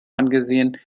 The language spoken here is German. angesehen